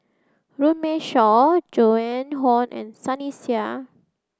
Runme Shaw Joan Hon and Sunny Sia